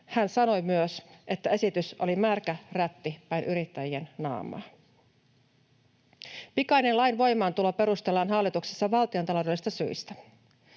Hän sanoi myös, että esitys oli märkä rätti päin yrittäjien naamaa. Pikainen lain voimaantulo perustellaan hallituksessa valtiontaloudellisista syistä.